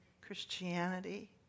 Christianity